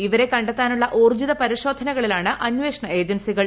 ഇവരെ കണ്ടെത്താനുള്ള ഊർജ്ജിത പരിശോധനകളിലാണ് അന്വേഷണ ഏജൻസികൾ